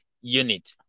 unit